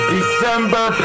December